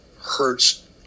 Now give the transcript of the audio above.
hurts